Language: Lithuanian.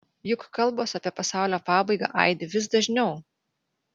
juk kalbos apie pasaulio pabaigą aidi vis dažniau